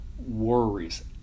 Worries